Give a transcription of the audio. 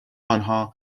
آنها